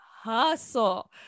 hustle